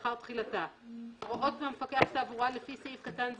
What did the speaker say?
במקום כותרת השוליים יבוא "חובת תשלום וחובת תיקוף"; בסעיף קטן (א),